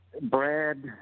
Brad